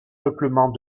peuplement